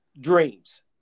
Dreams